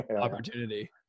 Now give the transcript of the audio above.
opportunity